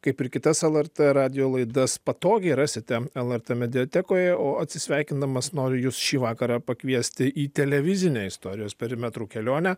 kaip ir kitas lrt radijo laidas patogiai rasite lrt mediatekoje o atsisveikindamas noriu jus šį vakarą pakviesti į televizinę istorijos perimetru kelionę